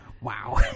Wow